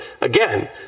again